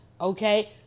okay